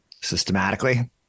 systematically